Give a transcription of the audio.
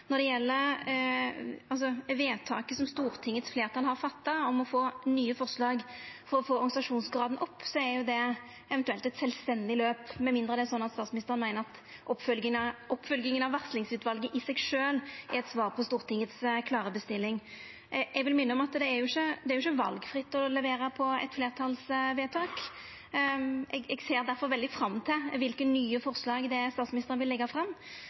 Når det gjeld vedtaket som Stortingets fleirtal har fatta, om å få nye forslag for å få organisasjonsgraden opp, er jo det eventuelt eit sjølvstendig løp, med mindre det er slik at statsministeren meiner at oppfølginga av varslingsutvalet i seg sjølv er eit svar på Stortingets klare bestilling. Eg vil minna om at det ikkje er valfritt å levera på eit fleirtalsvedtak. Eg ser difor veldig fram til kva nye forslag statsministeren vil leggja fram.